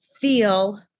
feel